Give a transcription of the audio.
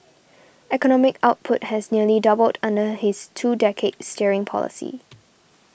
economic output has nearly doubled under his two decades steering policy